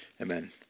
amen